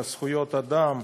על זכויות אדם,